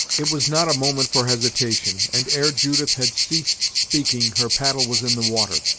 it was not a moment for hesitation, and ere judith had ceased speaking her paddle was in the water.